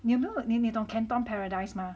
你有没有你懂 Canton Paradise 吗